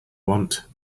want